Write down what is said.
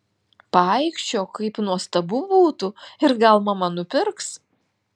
paaikčiok kaip nuostabu būtų ir gal mama nupirks